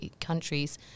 countries